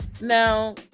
now